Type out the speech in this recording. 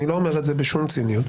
אני לא אומר בשום ציניות,